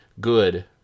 good